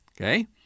Okay